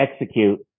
execute